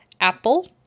apple